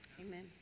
Amen